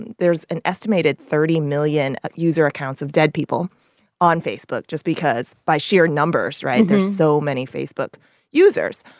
and there's an estimated thirty million ah user accounts of dead people on facebook just because by sheer numbers, right? there's so many facebook users.